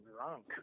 drunk